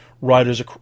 writers